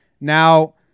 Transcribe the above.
now